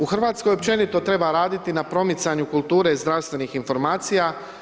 U Hrvatskoj općenito treba raditi na promicanju kulture zdravstvenih informacija.